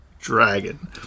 Dragon